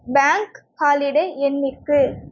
bank holiday என்றைக்கு